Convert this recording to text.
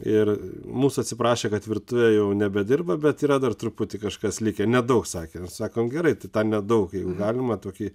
ir mūsų atsiprašė kad virtuvė jau nebedirba bet yra dar truputį kažkas likę nedaug sakė sakom gerai tai tą nedaug jeigu galima tokį